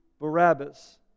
Barabbas